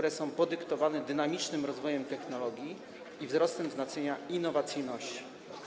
Jest to podyktowane dynamicznym rozwojem technologii i wzrostem znaczenia innowacyjności.